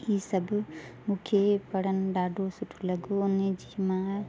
हीअ सभु मूंखे पढ़ण ॾाढो सुठो लॻो उन जी मां